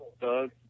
Doug